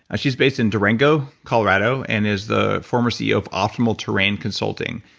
she's based in durango, colorado and is the former ceo of optimal terrain consulting,